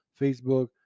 facebook